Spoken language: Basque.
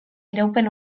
iraupen